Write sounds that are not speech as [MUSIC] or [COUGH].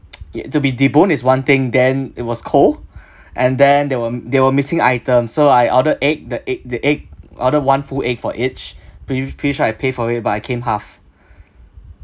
[NOISE] ya to be debone is one thing then it was cold [BREATH] and then there were there were missing items so I ordered egg the egg the egg order one full egg for each [BREATH] pre~ pretty sure I pay for it but I came half